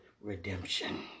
redemption